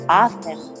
often